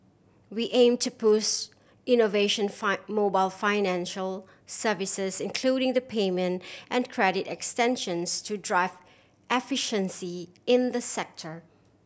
we aim to push innovation mobile financial services including the payment and credit extensions to drive efficiency in the sector